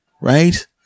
right